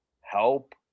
help